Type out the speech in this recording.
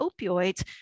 opioids